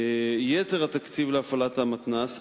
יתר התקציב להפעלת המתנ"ס,